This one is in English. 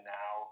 now